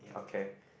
okay